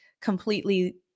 completely